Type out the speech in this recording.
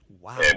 Wow